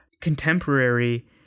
contemporary